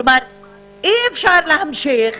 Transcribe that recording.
אי-אפשר להמשיך